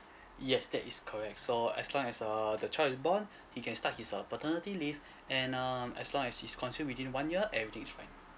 yes that is correct so as long as uh the child is born he can start his uh paternity leave and um as long as it's consumed within one year everything is fine